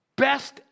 Best